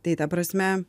tai ta prasme